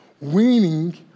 Weaning